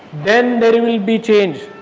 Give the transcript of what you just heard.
then there will be change.